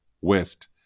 West